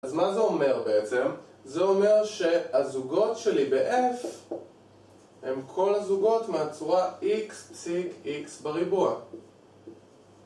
אז מה זה אומר בעצם? זה אומר שהזוגות שלי ב-F הם כל הזוגות מהצורה x פסיק x בריבוע